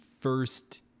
first